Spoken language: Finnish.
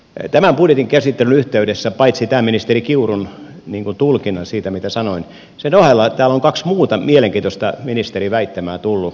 tämän budjetin käsittelyn yhteydessä tämän ministeri kiurun tulkinnan ohella siitä mitä sanoin täällä on kaksi muuta mielenkiintoista ministerin väittämää tullut